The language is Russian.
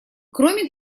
кроме